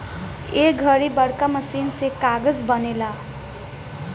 ए घड़ी बड़का मशीन से कागज़ बनेला